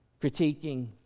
critiquing